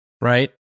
Right